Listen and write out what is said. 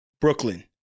Brooklyn